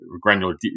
granular